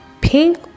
Pink